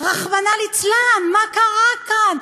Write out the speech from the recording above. רחמנא ליצלן, מה קרה כאן?